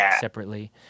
separately